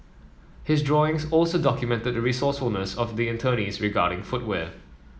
his drawings also documented the resourcefulness of the internees regarding footwear